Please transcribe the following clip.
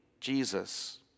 Jesus